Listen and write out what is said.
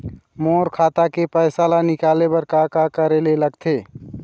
मोर खाता के पैसा ला निकाले बर का का करे ले लगथे?